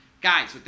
guys